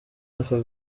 aka